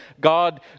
God